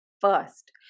first